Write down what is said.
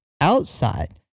Outside